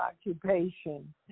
occupation